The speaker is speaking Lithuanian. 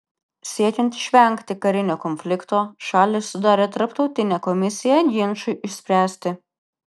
siekiant išvengti karinio konflikto šalys sudarė tarptautinę komisiją ginčui išspręsti